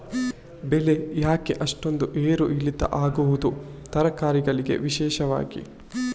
ಬೆಳೆ ಯಾಕೆ ಅಷ್ಟೊಂದು ಏರು ಇಳಿತ ಆಗುವುದು, ತರಕಾರಿ ಗಳಿಗೆ ವಿಶೇಷವಾಗಿ?